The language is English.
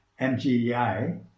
MGEI